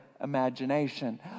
imagination